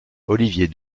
olivier